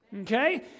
Okay